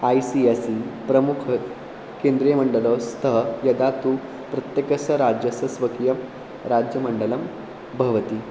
I C S E प्रमुखकेन्द्रीयमण्डले स्तः यदा तु प्रत्येकस्य राज्यस्य स्वकीयं राज्यमण्डलं भवति